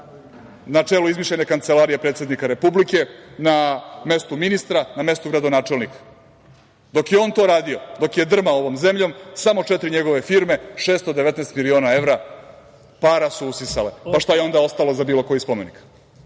na čelu izmišljene kancelarije predsednika republike, na mestu ministra, na mestu gradonačelnika. Dok je on to radio, dok je drmao ovo zemljom, samo četiri njegove firme su 619 miliona evra usisale. Pa šta je onda ostalo za bilo koji spomenik?